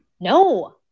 No